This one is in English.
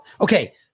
Okay